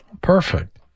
Perfect